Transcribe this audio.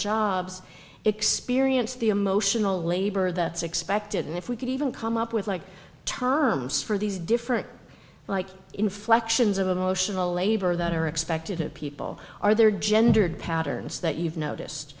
jobs experience the emotional labor that's expected and if we could even come up with like terms for these different like inflections of emotional labor that are expected of people are there gendered patterns that you've noticed